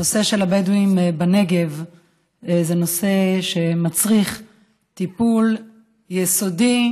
הנושא של הבדואים בנגב הוא נושא שמצריך טיפול יסודי,